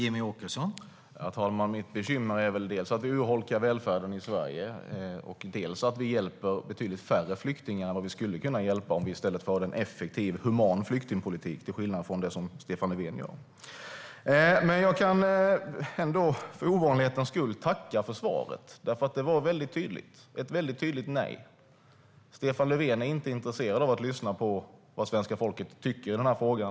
Herr talman! Mitt bekymmer är väl dels att vi urholkar välfärden i Sverige, dels att vi hjälper betydligt färre flyktingar än vi skulle kunna om vi förde en effektiv, human flyktingpolitik till skillnad från den som Stefan Löfven för. Jag kan ändå för ovanlighetens skull tacka för svaret, för det var väldigt tydligt - ett väldigt tydligt nej. Stefan Löfven är inte intresserad av att lyssna på vad svenska folket tycker i den här frågan.